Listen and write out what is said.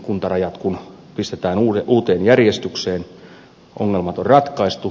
kuntarajat kun pistetään uuteen järjestykseen ongelmat on ratkaistu